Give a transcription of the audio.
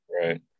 right